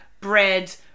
bread